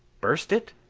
burst it?